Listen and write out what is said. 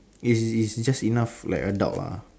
is is just enough like adult ah